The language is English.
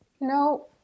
No